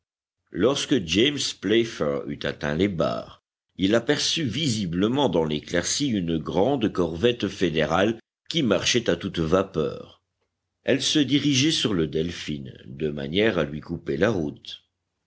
lorsque james playfair eut atteint les barres il aperçut visiblement dans l'éclaircie une grande corvette fédérale qui marchait à toute vapeur elle se dirigeait sur le delphin de manière à lui couper la route